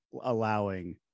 allowing